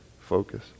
focus